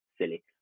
silly